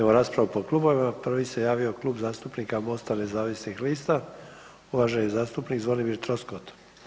Imamo raspravu po klubovima, prvi se javio Klub zastupnika MOST-a nezavisnih lista, uvaženi zastupnik Zvonimir Troskot.